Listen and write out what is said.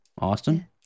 Austin